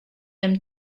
them